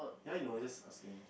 ya you know I just asking